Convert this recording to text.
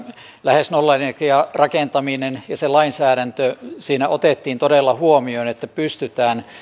lähes nollaenergiarakentaminen ja se lainsäädäntö siinä otettiin todella huomioon että pystytään